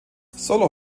solo